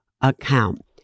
account